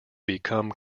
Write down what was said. become